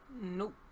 Nope